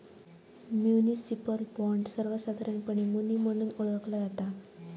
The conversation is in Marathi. म्युनिसिपल बॉण्ड, सर्वोसधारणपणे मुनी म्हणून ओळखला जाता